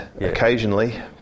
occasionally